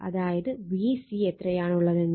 അതായത് Vc എത്രയാണുള്ളതെന്ന്